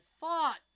thought